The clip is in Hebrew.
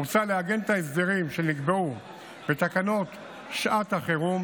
מוצע לעגן את ההסדרים שנקבעו בתקנות שעת החירום